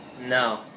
No